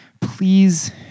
please